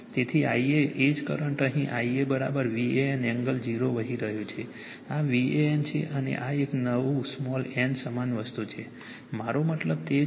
તેથી Ia એ જ કરંટ અહીં Ia VAN એંગલ 0 વહી રહ્યો છે આ VAN છે અને આ એક નવું સ્મોલ n સમાન વસ્તુ છે મારો મતલબ તે જ છે